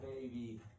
baby